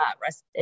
rest